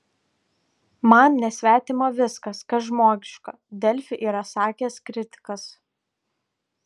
man nesvetima viskas kas žmogiška delfi yra sakęs kritikas